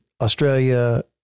Australia